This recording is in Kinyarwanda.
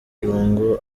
lungu